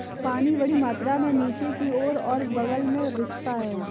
पानी बड़ी मात्रा में नीचे की ओर और बग़ल में रिसता है